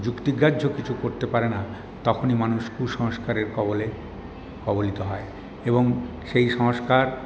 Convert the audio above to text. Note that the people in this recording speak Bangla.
যুক্তিগ্রাহ্য কিছু করতে পারে না তখনই মানুষ কুসংস্কারের কবলে কবলিত হয় এবং সেই সংস্কার